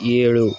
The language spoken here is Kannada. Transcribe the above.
ಏಳು